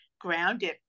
grounded